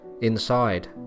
inside